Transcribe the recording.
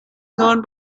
known